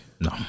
No